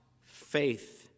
faith